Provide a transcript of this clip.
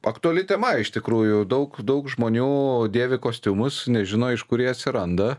aktuali tema iš tikrųjų daug daug žmonių dėvi kostiumus nežino iš kur jie atsiranda